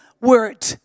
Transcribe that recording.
word